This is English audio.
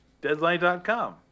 Deadline.com